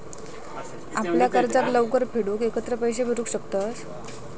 आपल्या कर्जाक लवकर फेडूक एकत्र पैशे भरू शकतंस